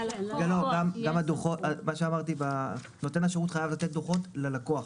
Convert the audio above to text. נותן השירות חייב לתת דוחות ללקוח.